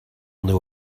knew